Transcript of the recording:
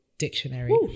dictionary